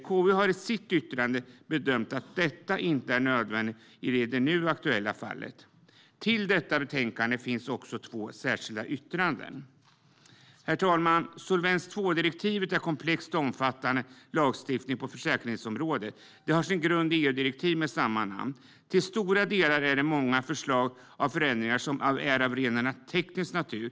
KU har i sitt yttrande bedömt att detta inte är nödvändigt i det nu aktuella fallet. I detta betänkande finns två särskilda yttranden. Herr talman! Solvens II-direktivet är en komplex och omfattande lagstiftning på försäkringsområdet. Det har sin grund i ett EU-direktiv med samma namn. Till stora delar är det många förslag om förändringar som är av rent teknisk natur.